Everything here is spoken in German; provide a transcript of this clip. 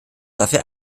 dafür